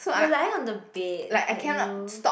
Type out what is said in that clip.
you are lying on the bed but you